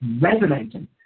resonating